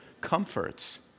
comforts